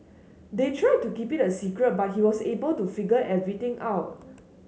they tried to keep it a secret but he was able to figure everything out